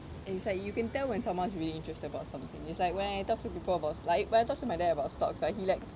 it's like you can tell when someone's really interested about something it's like when I talk to people about s~ like when I talk to my dad about stocks right he like